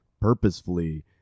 purposefully